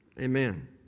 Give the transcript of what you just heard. Amen